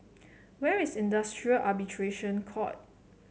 where is Industrial Arbitration Court